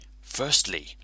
Firstly